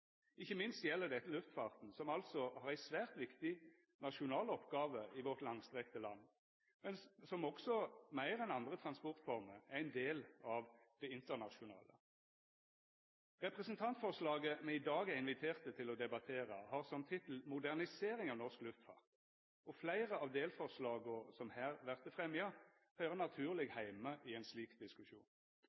Ikkje minst gjeld dette luftfarten, som altså har ei svært viktig nasjonal oppgåve i vårt langstrekte land, men som også meir enn andre transportformer er ein del av det internasjonale. Representantforslaget me i dag er inviterte til å debattera, har som tittel Modernisering av norsk luftfart, og fleire av dei delforslaga som her vert fremja, høyrer naturleg heime i ein slik diskusjon.